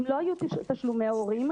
אם לא יהיו תשלומי הורים,